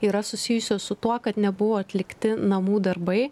yra susijusios su tuo kad nebuvo atlikti namų darbai